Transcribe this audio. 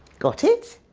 got it?